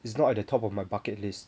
it's not at the top of my bucket list